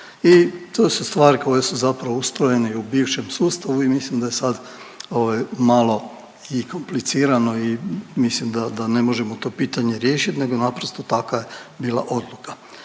I to su stvari koje su ustrojene i u bivšem sustavu i mislim da je sad malo i komplicirano i mislim da ne možemo to pitanje riješit nego naprosto taka je bila odluka.